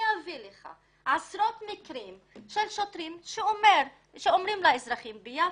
אני אביא לך עשרות מקרים של שוטרים שאומרים לאזרחים ביפו,